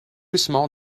small